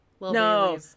No